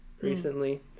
recently